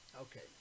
Okay